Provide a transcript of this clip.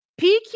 PQ